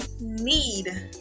need